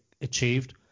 achieved